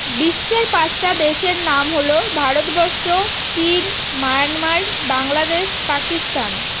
বিশ্বের পাঁচটা দেশের নাম হলো ভারতবর্ষ চীন মায়ানমার বাংলাদেশ পাকিস্তান